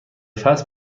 فصل